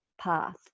path